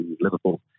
Liverpool